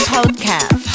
Podcast